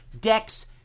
decks